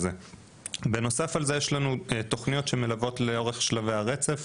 בנוסף יש לנו תוכניות שמלוות לאורך שלבי הרצף,